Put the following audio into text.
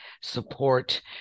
support